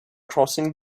crossing